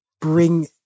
bring